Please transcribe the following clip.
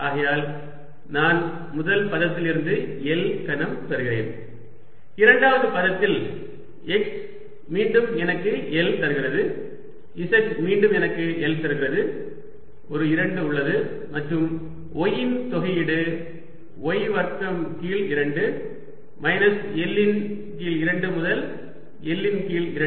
ஆகையால் நான் முதல் பதத்திலிருந்து L கனம் பெறுகிறேன் இரண்டாவது பதத்தில் x மீண்டும் எனக்கு L தருகிறது z மீண்டும் எனக்கு L தருகிறது ஒரு 2 உள்ளது மற்றும் y இன் தொகையீடு y வர்க்கம் கீழ் 2 மைனஸ் L இன் கீழ் 2 முதல் L இன் கீழ் 2